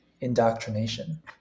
indoctrination